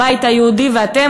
הבית היהודי ואתם,